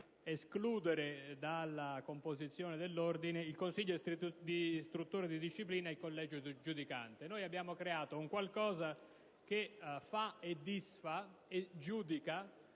escludere dalla composizione dell'ordine il consiglio istruttore di disciplina e il collegio giudicante. Abbiamo creato un qualcosa che fa, disfa e giudica